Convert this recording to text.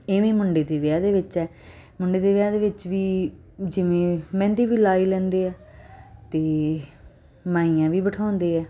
ਐਵੇਂ ਹੀ ਮੁੰਡੇ ਦੇ ਵਿਆਹ ਦੇ ਵਿੱਚ ਹੈ ਮੁੰਡੇ ਦੇ ਵਿਆਹ ਦੇ ਵਿੱਚ ਵੀ ਜਿਵੇਂ ਮਹਿੰਦੀ ਵੀ ਲਾ ਹੀ ਲੈਂਦੇ ਹੈ ਅਤੇ ਮਾਈਆਂ ਵੀ ਬਿਠਾਉਂਦੇ ਹੈ